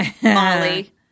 Molly